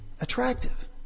attractive